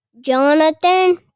Jonathan